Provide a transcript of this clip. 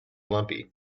lumpy